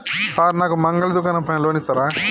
Sir నాకు మంగలి దుకాణం పైన లోన్ ఇత్తరా?